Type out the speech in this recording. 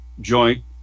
Joint